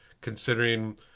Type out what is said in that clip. considering